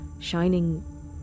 shining